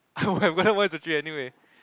I would have gotten one is to three anyway